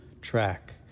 track